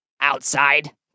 Outside